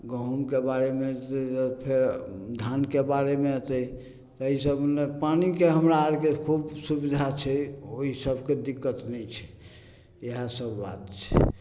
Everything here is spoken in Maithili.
गहुमके बारेमे फेर धानके बारेमे एतय तै सबमे पानिके हमरा अरके खूब सुविधा छै ओइ सबके दिक्कत नहि छै इएह सब बात छै